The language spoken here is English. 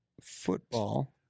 Football